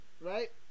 Right